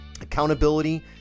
Accountability